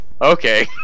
okay